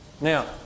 Now